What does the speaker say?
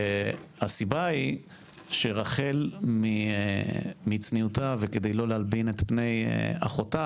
הסיבה היא שרחל מצניעותה וכדי לא להלבין את פני אחותה